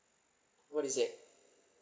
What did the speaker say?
what is that